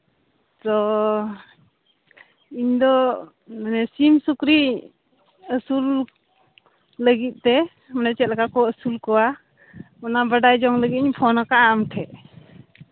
ᱛᱚ ᱤᱧᱫᱚ ᱢᱟᱱᱮ ᱥᱤᱢ ᱥᱩᱠᱨᱤ ᱟᱹᱥᱩᱞ ᱞᱟᱹᱜᱤᱫ ᱛᱮ ᱢᱟᱱᱮ ᱪᱮᱫ ᱞᱮᱠᱟ ᱠᱚ ᱟᱹᱥᱩᱞ ᱠᱚᱣᱟ ᱚᱱᱟ ᱵᱟᱰᱟᱭ ᱡᱚᱝ ᱞᱟᱹᱜᱤᱫ ᱤᱧ ᱯᱷᱳᱱ ᱟᱠᱟᱫᱼᱟ ᱟᱢ ᱴᱷᱮᱱ